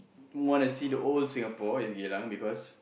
wanna see the old Singapore it's Geylang because